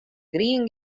grien